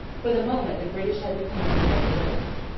for the moment the british had the command of all the lakes.